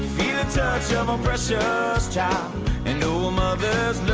the touch of a precious child and know a mother's